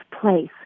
place